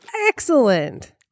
Excellent